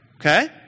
okay